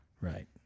right